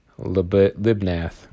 Libnath